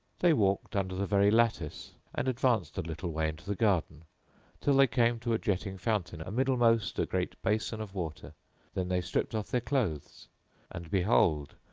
they walked under the very lattice and advanced a little way into the garden till they came to a jetting fountain amiddlemost a great basin of water then they stripped off their clothes and behold,